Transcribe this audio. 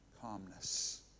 Calmness